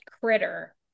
critter